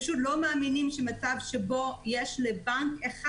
פשוט לא מאמינים שמצב שבו יש לבנק אחד